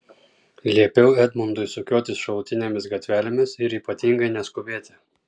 liepiau edmundui sukiotis šalutinėmis gatvelėmis ir ypatingai neskubėti